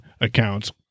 accounts